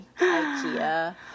Ikea